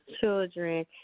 children